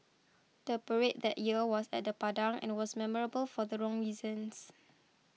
the parade that year was at the Padang and was memorable for the wrong reasons